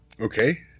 Okay